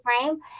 frame